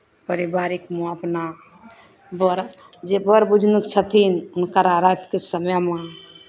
परिवारिकमे अपना बड़ जे बड़ बुझनुक छथिन हुनकारा रातिकेँ समयमे